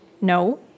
No